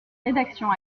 rédaction